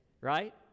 right